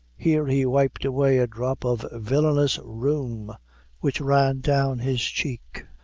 here he wiped away a drop of villainous rheum which ran down his cheek,